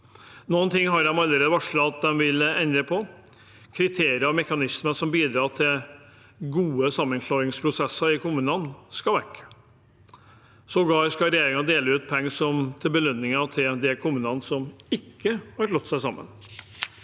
Noe har de allerede varslet at de vil endre på. Kriterier og mekanismer som bidrar til gode sammenslåingsprosesser i kommunene, skal vekk. Regjeringen skal sågar dele ut penger som belønning til de kommunene som ikke har slått seg sammen.